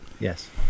yes